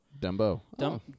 Dumbo